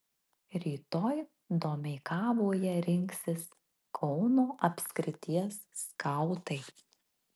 rytoj domeikavoje rinksis kauno apskrities skautai